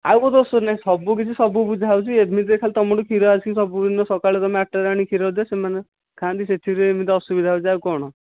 ଆଉ କେଉଁ ଦୋଷ ନାହିଁ ସବୁ କିଛି ସବୁ ବୁଝା ହେଉଛି ଏମିତିରେ ଖାଲି ତୁମଠୁ କ୍ଷୀର ଆସିକି ସବୁଦିନ ସକାଳେ ତୁମେ ଆଠଟାରେ ଆଣିକି କ୍ଷୀର ଦିଅ ସେମାନେ ଖାଆନ୍ତି ସେଥିରେ ଏମିତି ଅସୁବିଧା ହେଉଛି ଆଉ କଣ